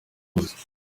bose